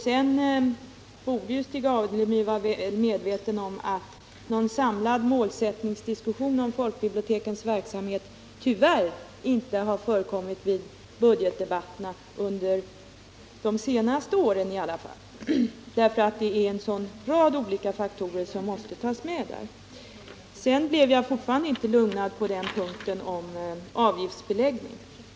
Stig Alemyr borde också vara medveten om att en samlad målsättningsdiskussion om folkbibliotekens verksamhet tyvärr inte har förekommit vid budgetdebatterna under de senaste åren, trots vpk:s motioner i ämnet. Sedan vill jag säga att jag fortfarande inte blivit lugnad på punkten om avgiftsbeläggningen.